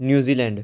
New Zealand